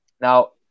Now